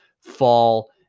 fall